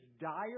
dire